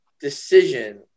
decision